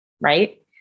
right